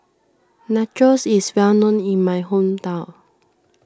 Nachos is well known in my hometown